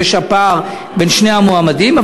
שהם הפער בין שני המועמדים.